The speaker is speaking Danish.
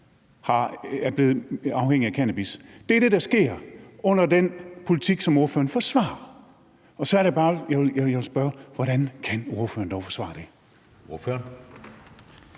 er blevet afhængige af cannabis. Det er det, der sker under den politik, som ordføreren forsvarer. Og så er det bare, at jeg vil spørge, hvordan ordføreren dog kan forsvare det.